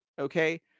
Okay